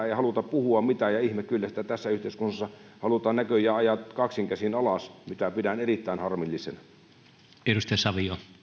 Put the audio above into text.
ei haluta puhua mitään ja ihme kyllä sitä tässä yhteiskunnassa halutaan näköjään ajaa kaksin käsin alas mitä pidän erittäin harmillisena arvoisa